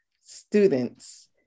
students